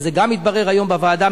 וזה גם התברר היום בוועדה,